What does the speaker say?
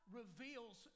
reveals